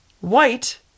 White